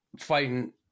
fighting